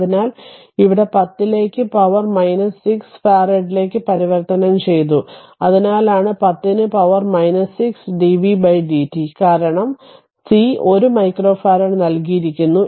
അതിനാൽ ഇവിടെ 10 ലേക്ക് പവർ 6 ഫറഡിലേക്ക് പരിവർത്തനം ചെയ്തു അതിനാലാണ് 10 ന് പവർ 6 dvdt കാരണം c 1 മൈക്രോ ഫാരഡ് നൽകിയിരിക്കുന്നു